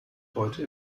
heute